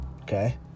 okay